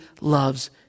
loves